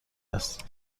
است